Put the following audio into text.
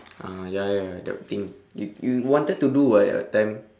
ah ya ya ya that thing you you wanted to do [what] that time